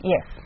Yes